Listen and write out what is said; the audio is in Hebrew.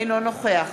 אינו נוכח